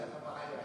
זו הבעיה.